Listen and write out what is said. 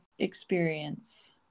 experience